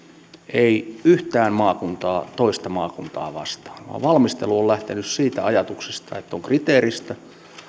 ei yhtään maakuntaa toista maakuntaa vastaan vaan valmistelu on lähtenyt siitä ajatuksesta että on kriteeristö